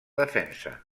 defensa